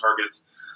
targets